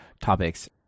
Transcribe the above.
topics